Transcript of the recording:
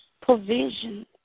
provision